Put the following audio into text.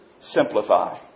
simplify